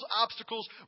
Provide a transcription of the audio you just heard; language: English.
obstacles